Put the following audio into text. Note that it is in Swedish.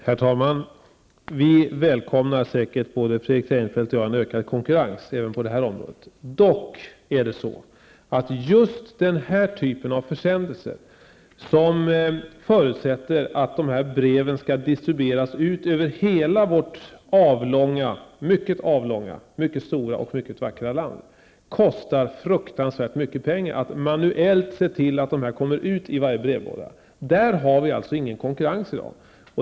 Herr talman! Både Fredrik Reinfeldt och jag välkomnar säkert en ökad konkurrens även på detta område. För försändelser som skall distribueras över hela vårt stora, långsmala och vackra land kostar det mycket pengar att manuellt se till att försändelserna kommer ut till varje brevlåda. Där finns det ingen konkurrens i dag.